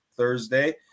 Thursday